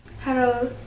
Hello